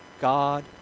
God